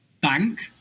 bank